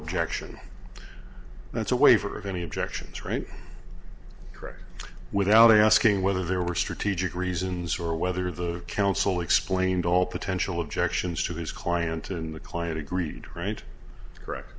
objection that's a waiver of any objections right correct without asking whether there were strategic reasons or whether the counsel explained all potential objections to his client and the client agreed right correct